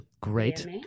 great